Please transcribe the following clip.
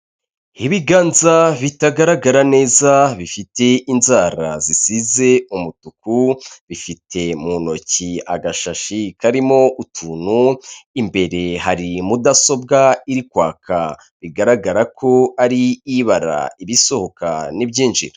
Ibiganza bitagaragara neza bifite inzara zisize umutuku, bifite mu ntoki agashashi karimo utuntu, imbere hari mudasobwa iri kwaka. Bigaragara ko ari ibara ibisohoka n'ibyinjira.